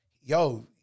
yo